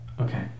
Okay